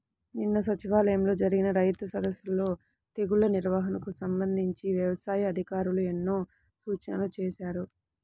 నిన్న సచివాలయంలో జరిగిన రైతు సదస్సులో తెగుల్ల నిర్వహణకు సంబంధించి యవసాయ అధికారులు ఎన్నో సూచనలు చేశారు